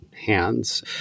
hands